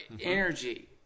energy